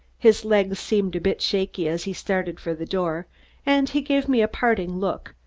his legs seemed a bit shaky as he started for the door and he gave me a parting look,